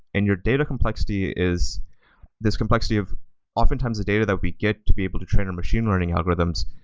and your data complexity is this complexity of often times a data that we get to be able to train our machine learning algorithms,